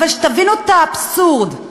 אבל שתבינו את האבסורד: